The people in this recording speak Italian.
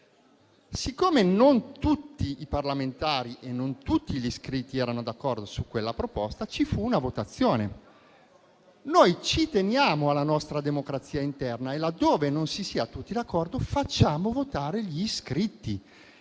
Siccome non tutti i parlamentari e non tutti gli iscritti erano d'accordo su quella proposta, ci fu una votazione. Noi ci teniamo alla nostra democrazia interna e, laddove non si sia tutti d'accordo, facciamo votare gli iscritti.